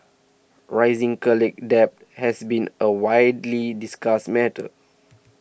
rising college debt has been a widely discussed matter